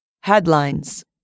Headlines